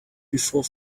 before